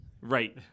Right